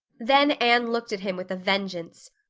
then anne looked at him with a vengeance!